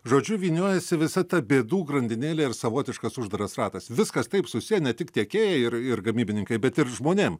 žodžiu vyniojasi visa ta bėdų grandinėlė ir savotiškas uždaras ratas viskas taip susiję ne tik tiekėjai ir ir gamybininkai bet ir žmonėm